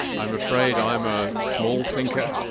i'm afraid i'm a small thinker,